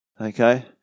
Okay